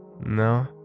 No